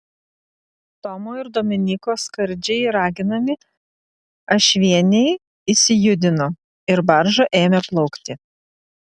tomo ir dominyko skardžiai raginami ašvieniai išsijudino ir barža ėmė plaukti